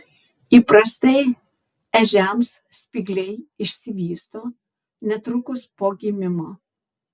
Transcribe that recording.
įprastai ežiams spygliai išsivysto netrukus po gimimo